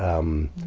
um,